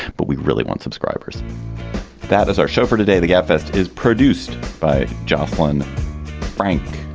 but we really want subscribers that is our show for today. the gabfest is produced by jocelyn frank,